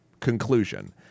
conclusion